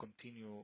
continue